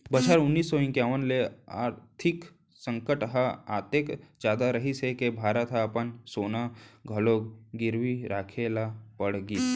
बछर उन्नीस सौ इंकावन के आरथिक संकट ह अतेक जादा रहिस हे के भारत ह अपन सोना घलोक गिरवी राखे ल पड़ गिस